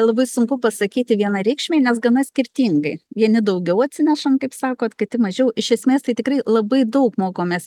labai sunku pasakyti vienareikšmiai nes gana skirtingai vieni daugiau atsinešam kaip sakot kiti mažiau iš esmės tai tikrai labai daug mokomės